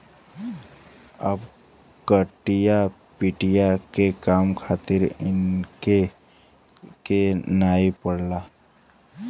अब कटिया पिटिया के काम खातिर झनके के नाइ पड़ला